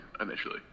initially